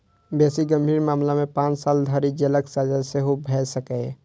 बेसी गंभीर मामला मे पांच साल धरि जेलक सजा सेहो भए सकैए